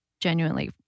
genuinely